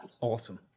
Awesome